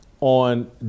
on